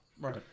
right